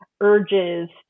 urges